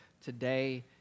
today